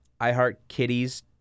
iHeartKitties